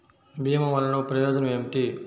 భీమ వల్లన ప్రయోజనం ఏమిటి?